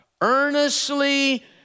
earnestly